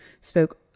spoke